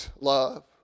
love